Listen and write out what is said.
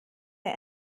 wir